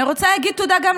גם אני, גם אני.